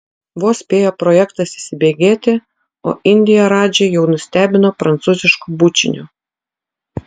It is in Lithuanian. vos spėjo projektas įsibėgėti o indija radžį jau nustebino prancūzišku bučiniu